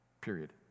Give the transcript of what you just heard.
Period